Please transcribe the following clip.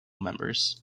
members